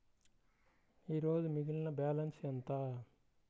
ఈరోజు మిగిలిన బ్యాలెన్స్ ఎంత?